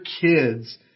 kids